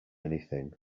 anything